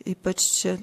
ypač čia